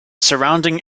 surrounding